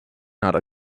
not